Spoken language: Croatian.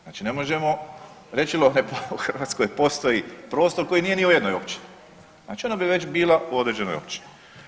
Znači ne možemo reći u Hrvatskoj postoji prostor koji nije ni u jednoj općini, znači ona bi već bila u određenoj općini.